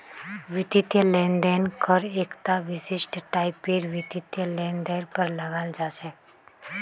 वित्तीय लेन देन कर एकता विशिष्ट टाइपेर वित्तीय लेनदेनेर पर लगाल जा छेक